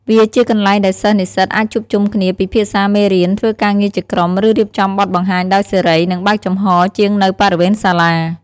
វាជាកន្លែងដែលសិស្សនិស្សិតអាចជួបជុំគ្នាពិភាក្សាមេរៀន ធ្វើការងារជាក្រុម ឬរៀបចំបទបង្ហាញដោយសេរី និងបើកចំហរជាងនៅបរិវេណសាលា។